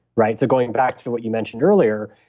right? so going back to what you mentioned earlier,